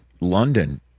London